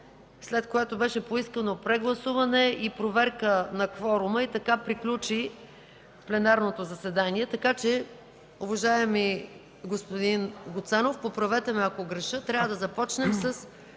след което беше поискано прегласуване и проверка на кворума. Така приключи пленарното заседание. Уважаеми господин Гуцанов, поправете ме ако греша – трябва да започнем с